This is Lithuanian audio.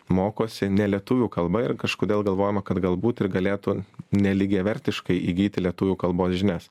mokosi ne lietuvių kalba ir kažkodėl galvojama kad galbūt ir galėtų nelygiavertiškai įgyti lietuvių kalbos žinias